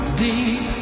deep